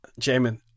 Jamin